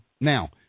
Now